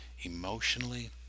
emotionally